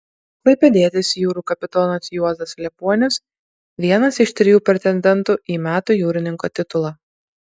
klaipėdietis jūrų kapitonas juozas liepuonius vienas iš trijų pretendentų į metų jūrininko titulą